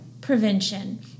prevention